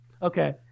Okay